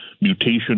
mutation